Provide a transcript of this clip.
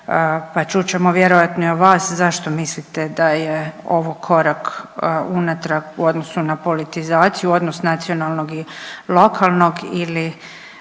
pa čut ćemo vjerojatno i vas zašto mislite da je ovo korak unatrag u odnosu na politizaciju odnosno nacionalnog i lokalnog ili